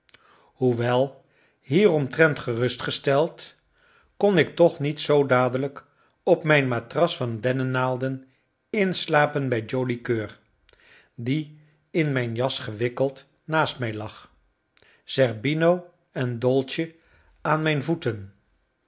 hoewel hieromtrent gerustgesteld kon ik toch niet zoo dadelijk op mijn matras van dennenaalden inslapen bij joli coeur die in mijn jas gewikkeld naast mij lag zerbino en dolce aan mijn voeten